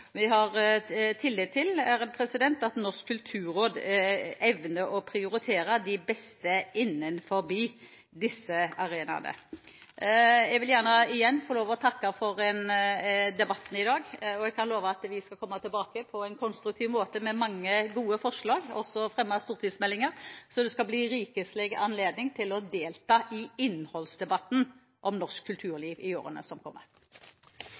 Vi har tillit til at Norsk kulturråd evner å prioritere de beste innenfor disse arenaene. Jeg vil igjen få takke for debatten i dag. Jeg kan love at vi skal komme tilbake på en konstruktiv måte med mange gode forslag, og også fremme stortingsmeldinger. Det vil bli rikelig anledning til å delta i debatten om innholdet i norsk kulturliv i årene som kommer.